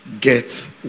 get